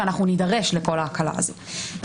ואנחנו נדרש לכל ההקלה הזאת.